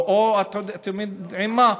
אתם יודעים מה,